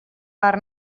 per